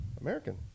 American